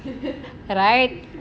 right